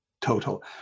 total